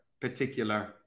particular